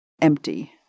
empty